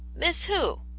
miss who?